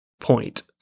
point